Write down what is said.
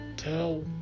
tell